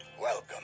Welcome